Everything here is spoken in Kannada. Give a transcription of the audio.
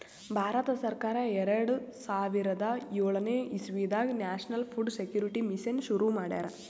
ಭಾರತ ಸರ್ಕಾರ್ ಎರಡ ಸಾವಿರದ್ ಯೋಳನೆ ಇಸವಿದಾಗ್ ನ್ಯಾಷನಲ್ ಫುಡ್ ಸೆಕ್ಯೂರಿಟಿ ಮಿಷನ್ ಶುರು ಮಾಡ್ಯಾರ್